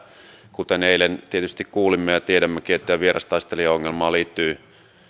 kuten eilen tietysti kuulimme ja tiedämmekin vierastaistelijaongelmaan liittyy